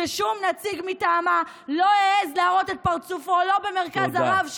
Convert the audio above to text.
ששום נציג מטעמה לא העז להראות את פרצופו לא במרכז הרב,